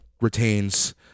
retains